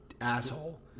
Asshole